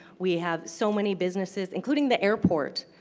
we have so many businesses, including the airport.